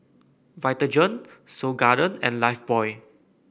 Vitagen Seoul Garden and Lifebuoy